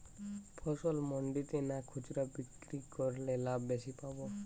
ফসল মন্ডিতে না খুচরা বিক্রি করলে লাভ বেশি পাব?